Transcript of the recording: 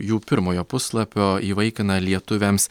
jų pirmojo puslapio įvaikina lietuviams